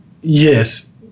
Yes